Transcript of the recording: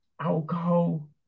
alcohol